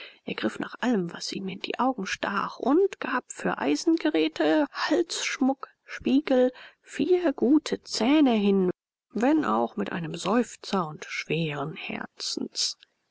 er griff nach allem was ihm in die augen stach und gab für eisengeräte halsschmuck spiegel vier gute zähne hin wenn auch mit einem seufzer und schweren herzens